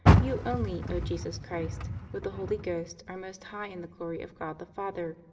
you only, o jesus christ, with the holy ghost, are most high in the glory of god the father.